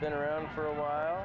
been around for a while